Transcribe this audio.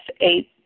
eight